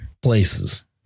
places